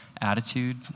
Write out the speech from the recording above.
attitude